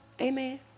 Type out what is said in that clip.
Amen